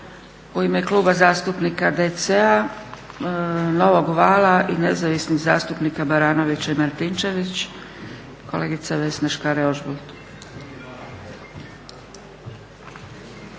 U ime Kluba zastupnika DC-a, Novog vala i Nezavisnih zastupnika Baranovića i Martinčević, kolegica Vesna Škare-Ožbolt.